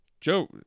Joe